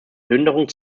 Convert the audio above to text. plünderung